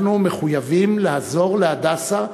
אנחנו מחויבים לעזור ל"הדסה",